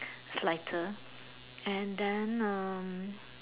is lighter and then hmm